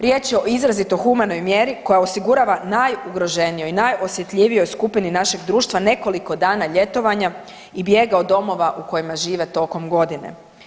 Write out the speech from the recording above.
Riječ je o izrazito humanoj mjeri koja osigurava najugroženijoj i najosjetljivijoj skupini našeg društva nekoliko dana ljetovanja i bijega od domova u kojima žive tokom godine.